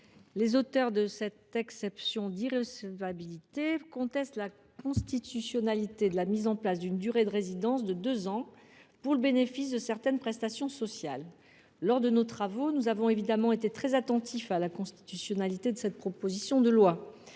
Les auteurs de cette exception d’irrecevabilité contestent la constitutionnalité de la mise en place d’une durée de résidence de deux ans pour le bénéfice de certaines prestations sociales. Lors de nos travaux, nous avons évidemment été très attentifs à la constitutionnalité de cette proposition de loi.